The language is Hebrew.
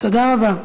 תודה רבה.